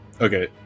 Okay